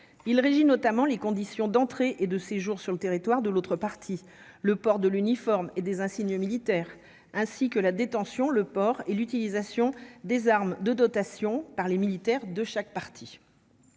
il régit notamment les conditions d'entrée et de séjour sur le territoire de l'autre partie, le port de l'uniforme et des insignes militaires ainsi que la détention le port et l'utilisation des armes de dotations par les militaires de chaque parti.